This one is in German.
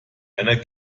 einer